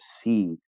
see